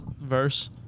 verse